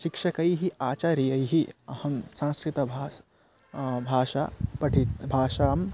शिक्षकैः आचार्यैः अहं संस्कृतभाषा भाषा पठिता भाषाम्